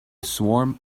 swarm